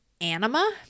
Anima